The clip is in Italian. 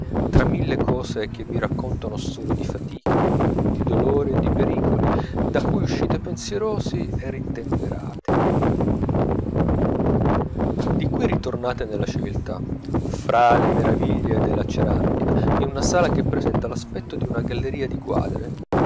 tra mille cose che vi raccontano storie di fatiche di dolori e di pericoli da cui uscite pensierosi e ritemperati di qui ritornate nella civiltà fra le meraviglie della ceramica in una sala che presenta l'aspetto di una galleria di quadri